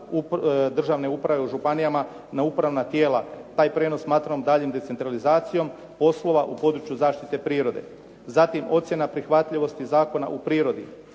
državne uprave u županijama na upravna tijela. Taj prijenos smatram daljnjom decentralizacijom poslova u području zaštite prirode. Zatim ocjena prihvatljivosti Zakona o prirodi.